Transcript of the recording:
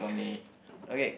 okay